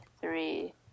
three